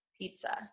Pizza